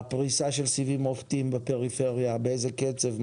הפריסה של סיבים אופטיים בפריפריה, באיזה קצב,